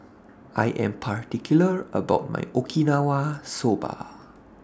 I Am particular about My Okinawa Soba